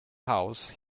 house